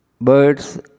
Birds